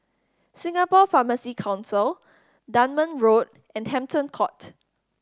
Singapore Pharmacy Council Dunman Road and Hampton Court